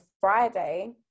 Friday